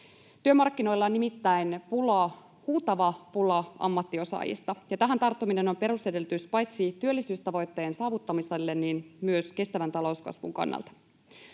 Työmarkkinoilla on nimittäin pula, huutava pula, ammattiosaajista, ja tähän tarttuminen on perusedellytys paitsi työllisyystavoitteen saavuttamisen myös kestävän talouskasvun kannalta.